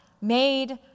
made